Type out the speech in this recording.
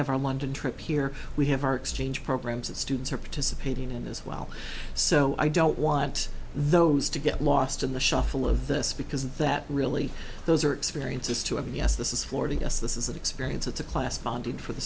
have our london trip here we have our exchange programs that students are participating in as well so i don't want those to get lost in the shuffle of this because that really those are experiences to have yes this is florida yes this is an experience it's a class founded for the